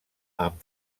amb